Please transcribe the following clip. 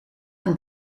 een